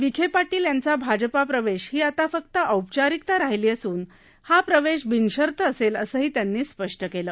विखे पाटील यांचा भाजपा प्रवेश ही आता फक्त औपचारिकता राहिली असून हा प्रवेश बिनशर्त असेल असंही त्यांनी स्पष्ट केलं